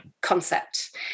concept